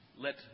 Let